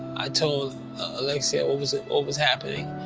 i told olexia what was ah what was happening.